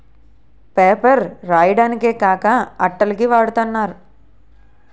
paper రాయడానికే కాక అట్టల కి వాడతన్నారు